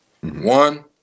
One